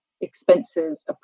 expenses